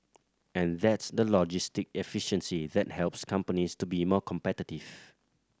and that's the logistic efficiency that helps companies to be more competitive